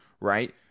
right